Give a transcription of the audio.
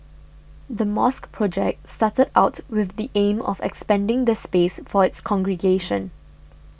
the mosque project started out with the aim of expanding the space for its congregation